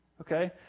Okay